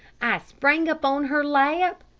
i sprang up on her lap,